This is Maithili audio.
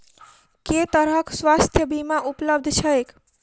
केँ तरहक स्वास्थ्य बीमा उपलब्ध छैक?